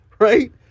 right